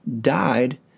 died